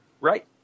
Right